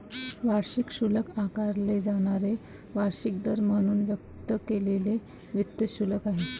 वार्षिक शुल्क आकारले जाणारे वार्षिक दर म्हणून व्यक्त केलेले वित्त शुल्क आहे